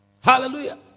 hallelujah